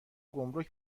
گمرگ